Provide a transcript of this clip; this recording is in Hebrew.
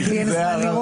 רק לי אין זמן לראות.